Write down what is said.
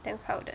damn crowded